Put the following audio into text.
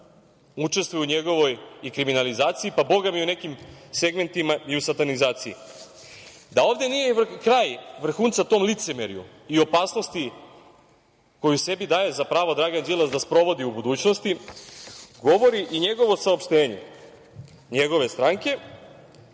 učestvuju u njegovoj i kriminalizaciji, pa bogami u nekim segmentima i u satanizaciji? Da ovde nije kraj vrhunca tom licemerju i opasnosti koju sebi daje za pravo Dragan Đilas da sprovodi u budućnosti, govori i saopštenje njegove stranke,